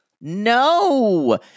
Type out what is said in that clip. No